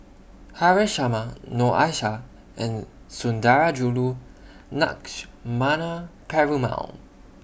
Haresh Sharma Noor Aishah and Sundarajulu Lakshmana Perumal